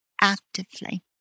actively